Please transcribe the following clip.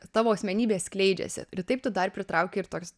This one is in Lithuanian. tavo asmenybė skleidžiasi ir taip tu dar pritrauki ir toks